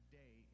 day